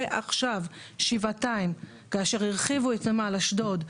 ועכשיו שבעתיים כאשר הרחיבו את נמל אשדוד,